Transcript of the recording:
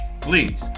please